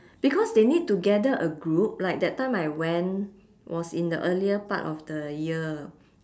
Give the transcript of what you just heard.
because they need to gather a group like that time I went was in the earlier part of the year